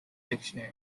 dictionary